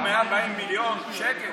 נתנו 140 מיליון שקל.